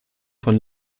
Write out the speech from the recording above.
von